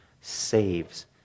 saves